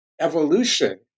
evolution